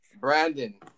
Brandon